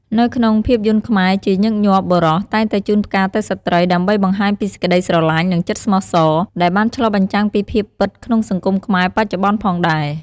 នៅក្នុងភាពយន្តខ្មែរ ជាញឹកញាប់ បុរសតែងតែជូនផ្កាទៅស្ត្រី ដើម្បីបង្ហាញពីសេចក្ដីស្រឡាញ់ និងចិត្តស្មោះសរ ដែលបានឆ្លុះបញ្ចាំងពីភាពពិតក្នុងសង្គមខ្មែរបច្ចុប្បន្នផងដែរ។